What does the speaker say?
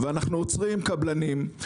ואנחנו עוצרים קבלנים.